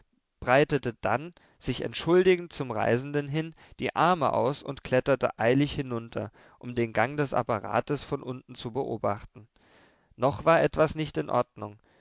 breitete dann sich entschuldigend zum reisenden hin die arme aus und kletterte eilig hinunter um den gang des apparates von unten zu beobachten noch war etwas nicht in ordnung